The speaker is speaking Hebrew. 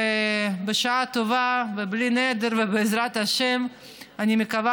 ובשעה טובה ובלי נדר ובעזרת השם אני מקווה